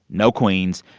no queens.